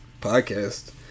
podcast